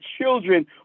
children